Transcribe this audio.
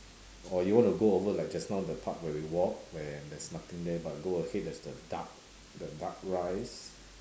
or you want to go over like just now the park where we walk when there is nothing there but go ahead there's the duck the duck rice